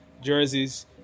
jerseys